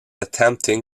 attempting